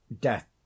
death